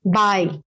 bye